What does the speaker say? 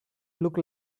look